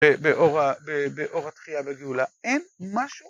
באור התחייה בגאולה, אין משהו